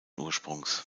ursprungs